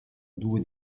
due